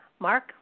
Mark